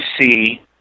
see